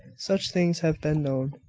such things have been known.